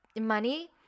money